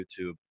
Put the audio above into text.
YouTube